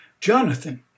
Jonathan